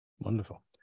Wonderful